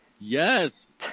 Yes